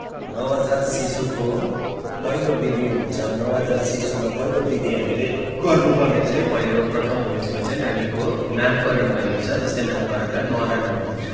नवजात शिशुको पहिलो विधि हुन्छ नवजात शिशुमा पहिलो विधि हामीले गर्नुपर्ने चाहिँ पहिलो प्रथम उयसमा चाहिँ नानीको नामकरण गरिन्छ जस्तै नामकरणलाई न्वारन भनिन्छ